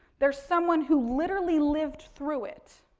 there's someone who literally lived through it.